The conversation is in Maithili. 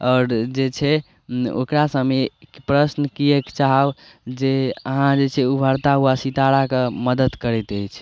आओर जे छै ओकरा सबमे एक प्रश्न कियेक चाहब जे अहाँ जे छै ऊभरता हुआ सितारा कऽ मदत करैत अइछ